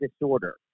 disorder